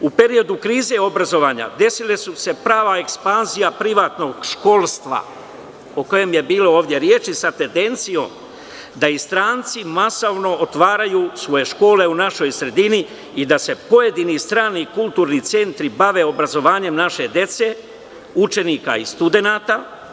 U periodu krize obrazovanja desila se prava ekspanzija privatnog školstva o kojem je bilo ovde reči, sa tendencijom da i stranci masovno otvaraju svoje škole u našoj sredini i da se pojedini strani kulturni centri bave obrazovanjem naše dece, učenika i studenata.